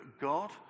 God